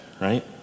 right